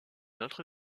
autre